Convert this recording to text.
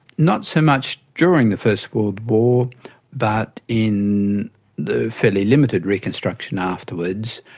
not so much during the first world war but in the fairly limited reconstruction afterwards,